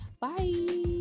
Bye